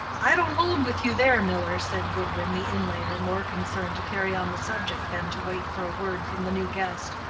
i don't hold with you there, miller, said goodwin, the inlayer, more concerned to carry on the subject than to wait for a word from the new guest.